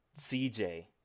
CJ